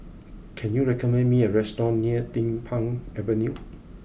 can you recommend me a restaurant near Din Pang Avenue